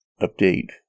update